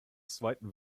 zweiten